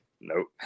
nope